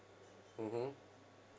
mmhmm